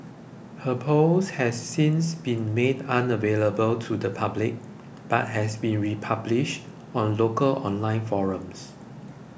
her post has since been made unavailable to the public but has been republished on local online forums